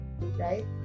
right